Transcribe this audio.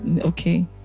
okay